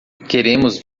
queremos